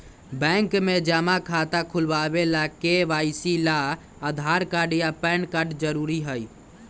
bank में जमा खाता खुलावे ला के.वाइ.सी ला आधार कार्ड आ पैन कार्ड जरूरी हई